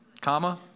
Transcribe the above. Comma